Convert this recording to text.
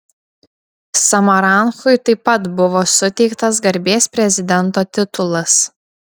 samaranchui taip pat buvo suteiktas garbės prezidento titulas